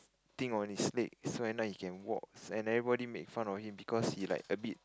thing on his leg so end up he can walk then everybody made fun of him cause he like a bit